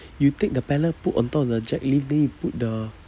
you take the pallet put on top of the jack lift then you put the